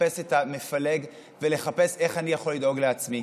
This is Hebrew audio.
לחפש את המפלג ולחפש איך אני יכול לדאוג לעצמי.